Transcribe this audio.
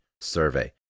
survey